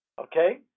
Okay